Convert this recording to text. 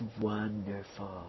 wonderful